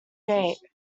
gate